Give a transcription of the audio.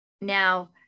Now